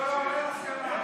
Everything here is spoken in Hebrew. לא, לא, לא הסכמה.